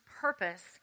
purpose